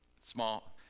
Small